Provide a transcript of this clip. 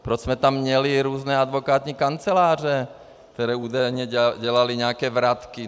Proč jsme tam měli různé advokátní kanceláře, které údajně dělaly nějaké vratky.